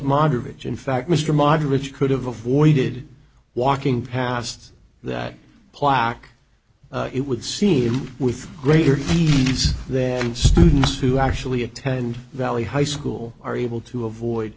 moderates in fact mr moderate you could have avoided walking past that plaque it would seem with greater peace then students who actually attend valley high school are able to avoid